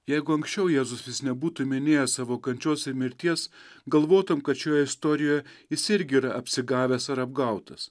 jeigu anksčiau jėzus vis nebūtų minėjęs savo kančios ir mirties galvotum kad šioje istorijoje jis irgi yra apsigavęs ar apgautas